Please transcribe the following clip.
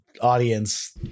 audience